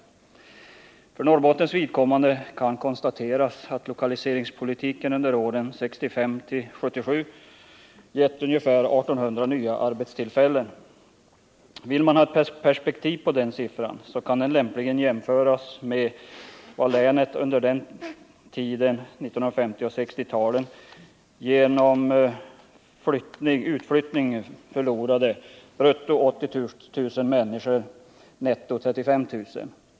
För Norrbottens vidkommande kan konstateras att lokaliseringspolitiken under åren 1965-1977 gett ungefär 1 800 nya arbetstillfällen. Vill man ha ett perspektiv på den siffran, så kan den lämpligen jämföras med att länet under 1950 och 1960-talen genom utflyttning förlorade brutto 80 000 människor, netto 35 000.